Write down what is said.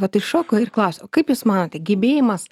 vat iššoko ir klausiu o kaip jūs manote gebėjimas